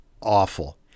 awful